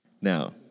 Now